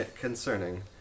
Concerning